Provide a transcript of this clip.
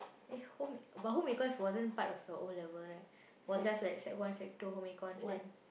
eh home but home-econs wasn't part of your O-level right was just like sec one sec two home-econs then